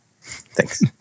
thanks